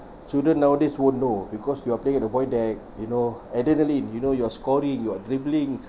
children nowadays won't know because we are playing at the void deck you know and then the lean you know you're scoring you're dribbling